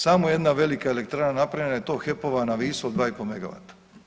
Samo jedna velika elektrana napravljena je i to HEP-ova na Visu od 2,5 megavata.